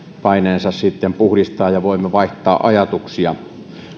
paineensa sitten puhdistaa ja voimme vaihtaa ajatuksia